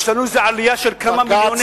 יש לנו איזה עלייה של כמה מיליוני,